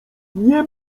nie